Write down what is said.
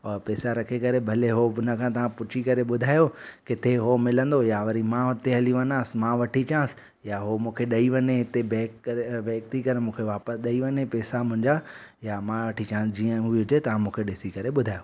और पैसा रखी करे भले उहो उन खां तव्हां पुछी करे ॿुधायो किथे उहो मिलंदो या वरी मां हुते हली वञा मां वठी अचा या उहो मूंखे ॾेई वञे हिते बैक करे बैक थी करे मूंखे वापसि ॾेई वञे पैसा मुंहिंजा या मां वठी अचा जीअं उहो चए तव्हां मूंखे ॾिसी करे ॿुधायो